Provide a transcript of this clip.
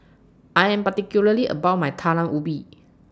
I Am particularly about My Talam Ubi